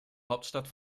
hauptstadt